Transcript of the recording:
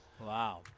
Wow